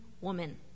woman